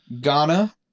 Ghana